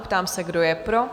Ptám se, kdo je pro?